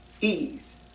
ease